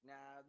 Now